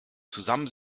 zusammen